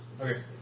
okay